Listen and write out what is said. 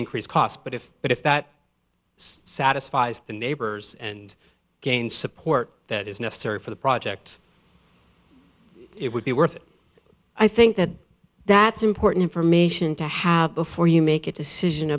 increased cost but if but if that satisfies the neighbors and gain support that is necessary for the project it would be worth it i think that that's important information to have before you make a decision